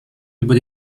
über